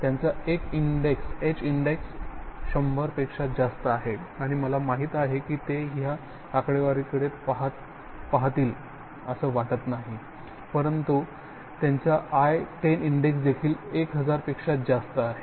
त्यांचा H index 100 पेक्षा जास्त आहे आणि मला माहित आहे की ते ह्या आकडेवारीकडे पाहतील असे मला वाटत नाही परंतु I10 इंडेक्स 1000 पेक्षा जास्त आहे